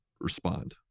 respond